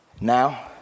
Now